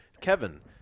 Kevin